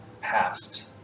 passed